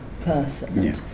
person